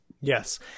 Yes